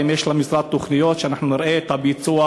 האם יש למשרד תוכניות, שאנחנו נראה את הביצוע